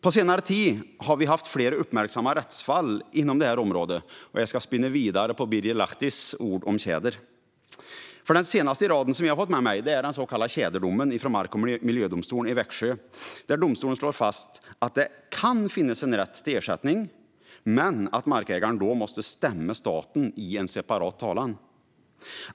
På senare tid har vi haft flera uppmärksammade rättsfall inom det här området, och jag ska spinna vidare på Birger Lahtis ord om tjädern. Det senaste i raden som jag har fått med mig är den så kallade tjäderdomen från mark och miljödomstolen i Växjö, där domstolen slår fast att det kan finnas en rätt till ersättning men att markägarna då måste stämma staten i en separat talan.